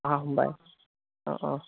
অহা সোমবাৰে অঁ অঁ